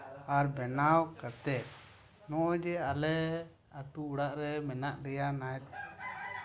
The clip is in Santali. ᱟᱨ ᱵᱮᱱᱟᱣ ᱠᱟᱛᱮ ᱱᱚᱜᱼᱚᱭ ᱡᱮ ᱟᱞᱮ ᱟᱛᱳ ᱚᱲᱟᱜ ᱨᱮ ᱢᱮᱱᱟᱜ ᱞᱮᱭᱟ ᱱᱟᱭᱛᱮ